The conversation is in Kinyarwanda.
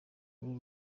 uru